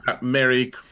Merry